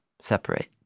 separate